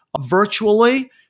virtually